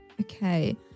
okay